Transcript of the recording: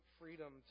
freedom